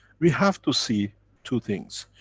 we have to see two things.